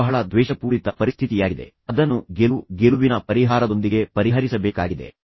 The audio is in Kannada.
ಇದು ಬಹಳ ಸಂಘರ್ಷದ ದ್ವೇಷಪೂರಿತ ಪರಿಸ್ಥಿತಿಯಾಗಿದೆ ನೀವು ಅದನ್ನು ಗೆಲುವು ಗೆಲುವಿನ ಪರಿಹಾರದೊಂದಿಗೆ ಪರಿಹರಿಸಬೇಕಾಗಿದೆ